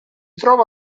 trova